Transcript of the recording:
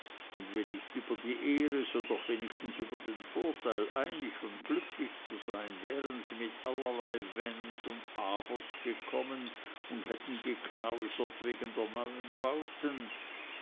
und wenn nicht über die ehre so doch wenigstens über den vorteil einig und glücklich zu sein wären sie mit allerlei wenns und abers gekommen und hätten geknausert wegen der neuen bauten